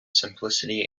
simplicity